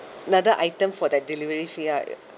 another item for their delivery fee ah